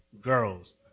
girls